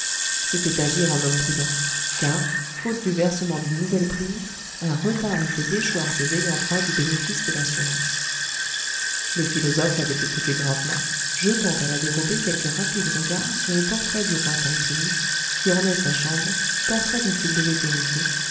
c'était agir en homme prudent car faute du versement d'une nouvelle prime un retard eût fait déchoir ses ayants droit du bénéfice de l'assurance le philosophe l'avait écouté gravement jetant à la dérobée quelque rapide regard sur le portrait du roi taï ping qui ornait sa chambre portrait dont il devait hériter